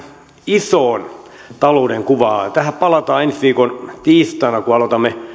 isoon talouden kuvaan tähän palataan ensi viikon tiistaina kun aloitamme